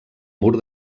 mur